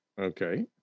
Okay